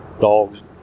dogs